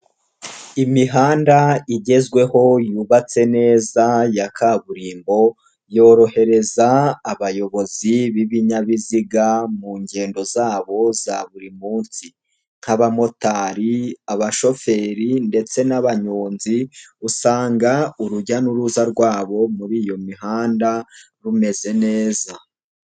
Imihanda igezweho yubatse neza ya kaburimbo yorohereza abayobozi b'ibinyabiziga mu ngendo zabo za buri munsi nk'abamotari, abashoferi ndetse n'abanyonzi usanga urujya n'uruza rwabo muri iyo mihanda rumeze neza.